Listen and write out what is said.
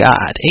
God